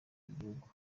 h’igihugu